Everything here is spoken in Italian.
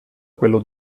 quello